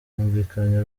humvikanye